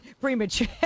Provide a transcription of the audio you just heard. premature